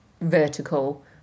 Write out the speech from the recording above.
vertical